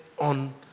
on